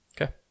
Okay